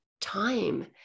time